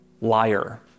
Liar